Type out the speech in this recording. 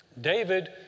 David